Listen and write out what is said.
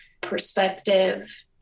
perspective